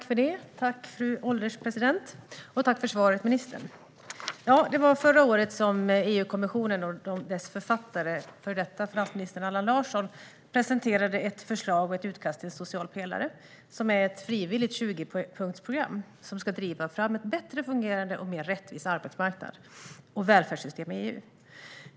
Fru ålderspresident! Tack, ministern, för svaret! Det var förra året som EU-kommissionen och dess författare, före detta finansminister Allan Larsson, presenterade ett förslag och ett utkast till social pelare - ett frivilligt 20-punktsprogram som ska driva fram en bättre fungerande och mer rättvis arbetsmarknad och ett välfärdssystem i EU.